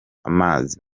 amazi